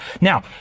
Now